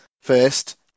first